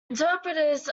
interpreters